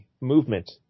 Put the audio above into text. movement